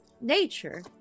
nature